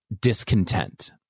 discontent